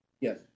Yes